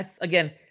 again